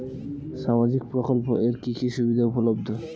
সামাজিক প্রকল্প এর কি কি সুবিধা উপলব্ধ?